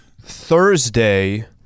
Thursday